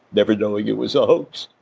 never knowing it was a hoax